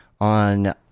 on